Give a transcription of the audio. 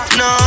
no